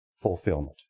fulfillment